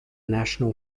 national